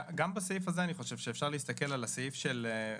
גם בסעיף הזה אני חושב שאפשר להסתכל על סעיף 3(ב),